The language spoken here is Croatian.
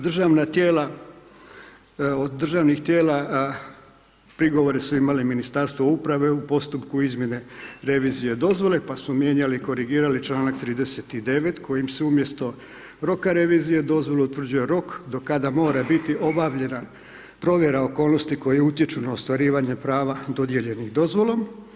Državna tijela, od državnih tijela prigovore su imali Ministarstvo uprave u postupku izmjene revizije dozvole pa su mijenjali, korigirali članak 39. kojim su umjesto roka revizije, dozvola utvrđuje rok do kada mora biti obavljena provjera okolnosti koje utječu na ostvarivanje prava dodijeljenih dozvolom.